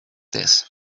this